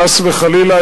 חס וחלילה,